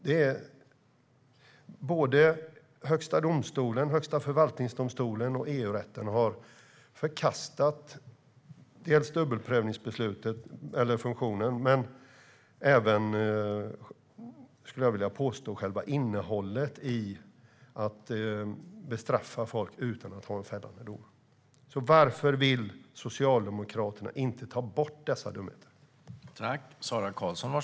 Såväl Högsta domstolen och Högsta förvaltningsdomstolen som EU-rätten har förkastat dels dubbelprövningsfunktionen, dels själva innehållet i att bestraffa folk utan att det finns en fällande dom. Varför vill Socialdemokraterna inte ta bort dessa dumheter?